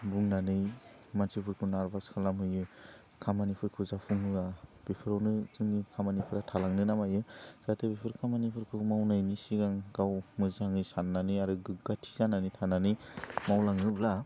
बुंनानै मानसिफोरखौ नारबास खालामहैयो खामानिफोरखौ जाफुं होया बेफोरावनो जोंनि खामानिफ्रा थालाङोना मायो जाहाथे बेफोर खामानिफोरखौ मावनायनि सिगां गाव मोजाङै सान्नानै आरो गोग्गाथि जानानै थानानै मावलाङोब्ला